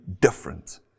different